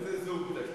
איזה זוג?